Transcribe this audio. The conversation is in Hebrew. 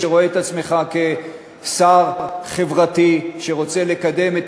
רואה את עצמך שר חברתי שרוצה לקדם את